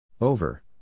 Over